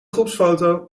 groepsfoto